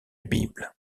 bible